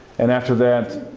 and after that